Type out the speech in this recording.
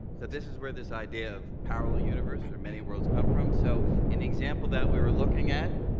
so this is where this idea of parallel universes or many worlds comes from. so, in the example that we were looking at,